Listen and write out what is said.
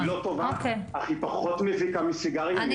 היא לא טובה, אך היא פחות מזיקה מסיגריה.